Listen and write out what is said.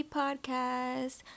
podcast